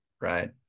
right